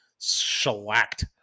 shellacked